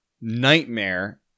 nightmare